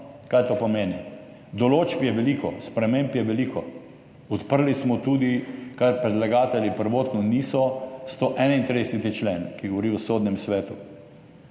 Kaj to pomeni? Določb je veliko, sprememb je veliko, odprli smo tudi, kar predlagatelji prvotno niso, 131. člen ki govori o Sodnem svetu.